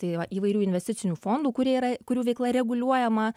tai y va įvairių investicinių fondų kurie yra kurių veikla reguliuojama